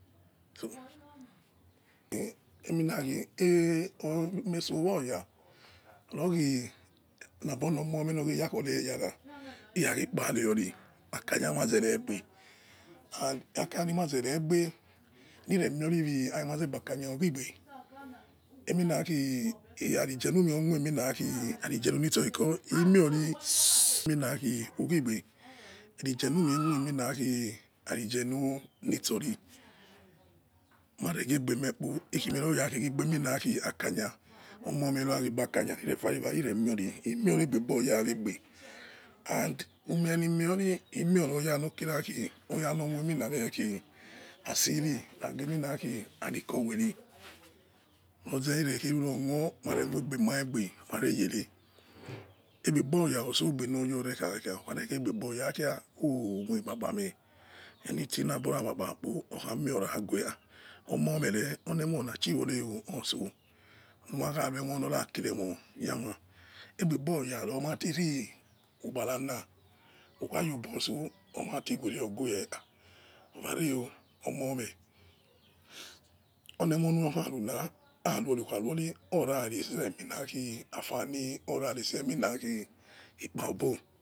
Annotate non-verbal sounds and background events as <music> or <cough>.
<noise> aimena khi emori so oya, kho khe labo om amen no yakhora eyara iyaghe kpa rori akakha maza regbe. And akakha lima gare egbe lire mio ri akakha ughi igbe emina khi airi sori okhue arighehi me mie khi ughi igbe air ighelu orhi ghumi na khi ari ghelu sori tare gbebe mia kpo akakha omi omie lire mo ri imio egbe boya way egbe and umie limreri oya lo moi mi khe asiri rage enima khe arikowen loge ikhiro khu mare khu imsigbe lima reyele igbe boya ose gbe lia rekha kha omio ikpakpa me. Anything lowa kpa kpa kpo ok amie oya gue omomere ole mona chin wore maha rueimo nobremo ghia, egbeya lomo lomati re ugbara na ukha ghe ai boso owavi chim ogwe vare okome ikpaobo